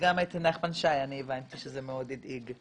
וגם את נחמן שי אני הבנתי שזה מאוד הדיג.